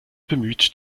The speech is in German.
bemüht